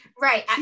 Right